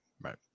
right